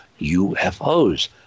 UFOs